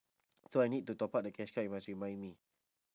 so I need to top up the cash card you must remind me